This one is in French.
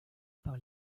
par